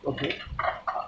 okay